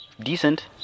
decent